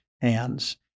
hands